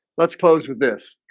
let's close with this